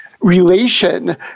relation